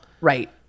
Right